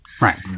Right